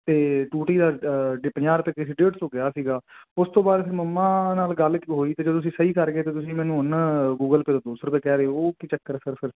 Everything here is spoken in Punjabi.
ਤੇ ਟੂਟੀ ਦਾ ਡੇਡ ਸੋ ਕਿਹਾ ਸੀਗਾ ਉਸ ਤੋਂ ਬਾਅਦ ਮਮਾ ਨਾਲ ਗੱਲ ਹੋਈ ਤੇ ਜਦੋਂ ਤੁਸੀਂ ਸਹੀ ਕਰ ਗਏ ਤੇ ਤੁਸੀਂ ਮੈਨੂੰ ਉਹਨਾਂ ਗੂਗਲ ਪੇ ਦਾ ਦੋ ਸੋ ਰੁਪਏ ਕਹਿ ਰਹੇ ਹੋ ਕਿ ਚੱਕਰ ਫਿਰ ਫਿਰ